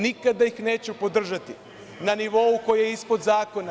Nikada ih neću podržati na nivou koji je ispod zakona.